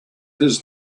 his